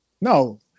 No